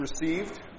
received